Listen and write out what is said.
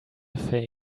fake